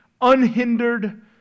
unhindered